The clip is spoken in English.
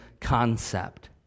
concept